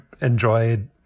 enjoyed